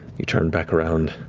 you turn back around,